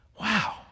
wow